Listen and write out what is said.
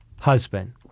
husband